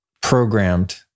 programmed